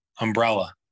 umbrella